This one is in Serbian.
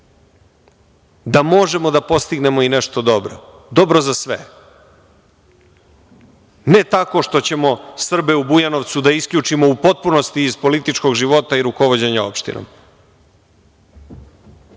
da možemo da postignemo i nešto dobro, dobro za sve, ne tako što ćemo Srbe u Bujanovcu da isključimo u potpunosti iz političkog života i rukovođenja opštinom,